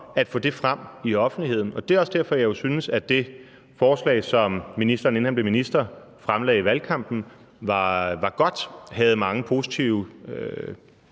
at få frem i offentligheden, og det er også derfor, jeg synes, at det forslag, som ministeren, inden han blev minister, fremlagde i valgkampen, var godt og havde mange positive